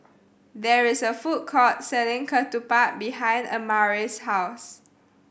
there is a food court selling Ketupat behind Amare's house